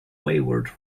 wayward